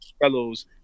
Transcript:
fellows